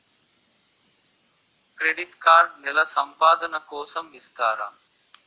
Credit card నెల సంపాదన కోసం ఇస్తారా?